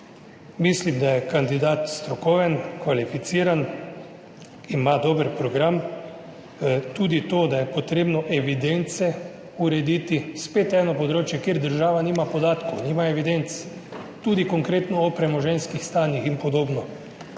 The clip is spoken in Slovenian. Mislim, da je kandidat strokoven, kvalificiran, ima dober program. Tudi to, da je potrebno evidence urediti – spet eno področje, kjer država nima podatkov, nima evidenc, tudi konkretno o premoženjskih stanjih in podobno.